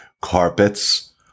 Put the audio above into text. Carpets